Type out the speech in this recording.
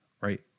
right